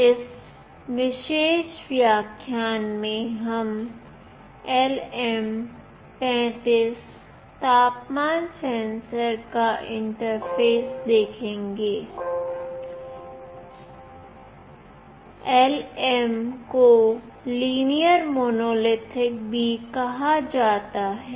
इस विशेष व्याख्यान में हम LM35 तापमान सेंसर का इंटरफ़ेस देखेंगे LM को लीनियर मोनोलिथिक भी कहा जाता है